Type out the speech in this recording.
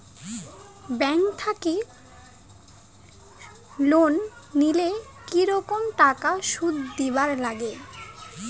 Bank থাকি ঋণ নিলে কি রকম টাকা সুদ দিবার নাগিবে?